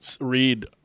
read